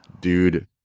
dude